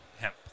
hemp